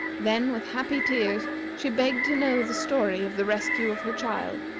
then with happy tears she begged to know the story of the rescue of her child,